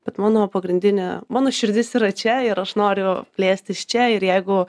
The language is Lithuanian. bet mano pagrindinė mano širdis yra čia ir aš noriu plėstis čia ir jeigu